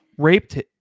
Raped